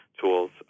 tools